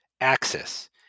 axis